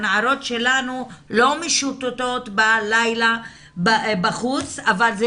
הנערות שלנו לא משוטטות בלילה בחוץ אבל זה